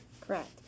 Correct